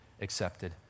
accepted